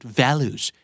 values